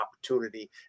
opportunity